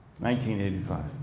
1985